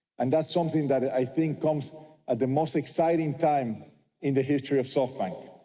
and that's something that i think comes at the most exciting time in the history of softbank.